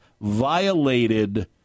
violated